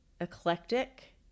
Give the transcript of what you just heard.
Eclectic